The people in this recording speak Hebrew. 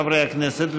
חברי הכנסת,